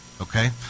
okay